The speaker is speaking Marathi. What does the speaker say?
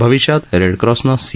भविष्यात रेडक्रॉसनं सी